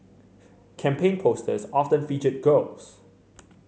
campaign posters often featured girls